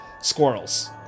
squirrels